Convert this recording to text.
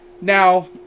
Now